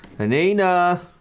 Anina